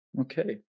okay